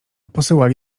posyłali